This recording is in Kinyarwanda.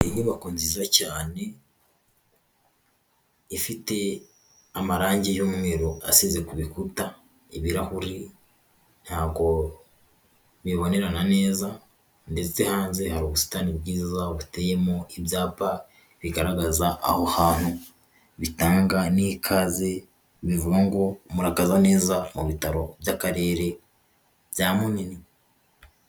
Inyubako nziza cyane ifite amarangi y'umweru asize ku bikuta ibirahuri ntabwo bibonerana neza ndetse hanze hari ubusitani bwiza buteyemo ibyapa bigaragaza aho hantu, bitanga n'ikaze bivuga ngo murakaza neza mu bitaro by'Akarere bya Munini.